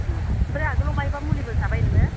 ओह ओमफ्राय आगोलाव मायबा मुलिफोर जाबाय नोङो